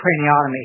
craniotomy